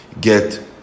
get